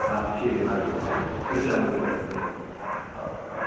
okay ശരി എന്നാൽ ആയിക്കോട്ടെ വിളിച്ചാൽ മതി എന്തെങ്കിലും ഉണ്ടെങ്കിൽ ഓ ആ